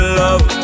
love